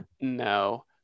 No